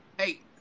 Hey